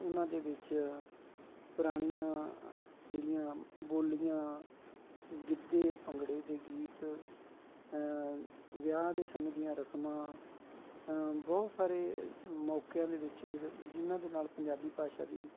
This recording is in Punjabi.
ਉਹਨਾਂ ਦੇ ਵਿੱਚ ਪੁਰਾਣੀਆਂ ਜਿਹੜੀਆਂ ਬੋਲੀਆਂ ਗਿੱਧੇ ਭੰਗੜੇ ਦੇ ਗੀਤ ਵਿਆਹ ਦੇ ਸਮੇਂ ਦੀਆਂ ਰਸਮਾਂ ਬਹੁਤ ਸਾਰੇ ਮੌਕਿਆਂ ਦੇ ਵਿੱਚ ਜਿਹੜੇ ਜਿਨ੍ਹਾਂ ਦੇ ਨਾਲ ਪੰਜਾਬੀ ਭਾਸ਼ਾ ਦੀ